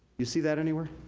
you see that anywhere?